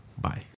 Bye